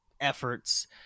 efforts